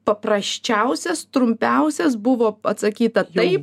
paprasčiausias trumpiausias buvo atsakyta taip